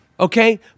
Okay